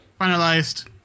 finalized